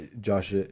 Josh